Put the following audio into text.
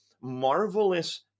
marvelous